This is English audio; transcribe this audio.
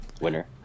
winner